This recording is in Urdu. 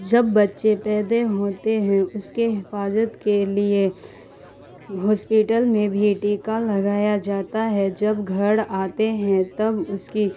جب بچے پیدا ہوتے ہیں اس کے حفاجت کے لیے ہاسپیٹل میں بھی ٹیکہ لگایا جاتا ہے جب گھر آتے ہیں تب اس کی